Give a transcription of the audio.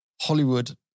Hollywood